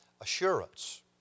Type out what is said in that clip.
assurance